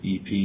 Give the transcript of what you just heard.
EP